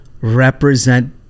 represent